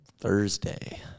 Thursday